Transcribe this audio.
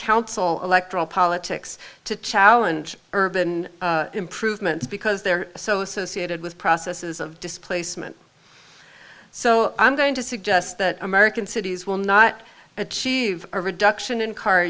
council electoral politics to challenge urban improvements because they're so associated with processes of displacement so i'm going to suggest that american cities will not achieve a reduction in car